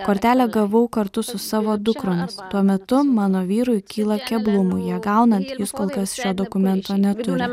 kortelę gavau kartu su savo dukromis tuo metu mano vyrui kyla keblumų ją gaunant jis kol kas šio dokumento neturi